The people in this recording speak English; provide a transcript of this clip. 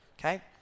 Okay